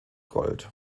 gold